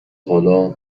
حالا